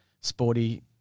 Sporty